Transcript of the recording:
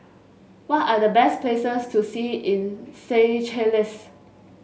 what are the best places to see in Seychelles